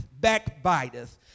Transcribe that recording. backbiteth